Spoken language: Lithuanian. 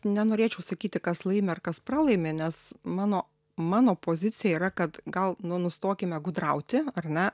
nenorėčiau sakyti kas laimi ar kas pralaimi nes mano mano pozicija yra kad gal nu nustokime gudrauti ar ne